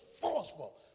forceful